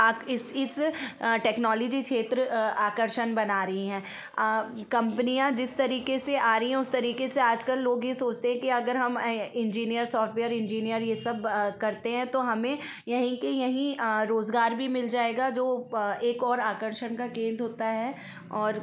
आक इस इस टेक्नोलजी क्षेत्र आकर्षण बना रही हैं कंपनियाँ जिस तरीके से आ रही हैं उस तरीके से आजकल लोग ये सोचते हैं कि अगर हम इंजीनियर सॉफ्टवेयर इंजीनियर ये सब करते हैं तो हमें यहीं के यहीं रोज़गार भी मिल जाएगा जो एक और आकर्षण का केंद्र होता है और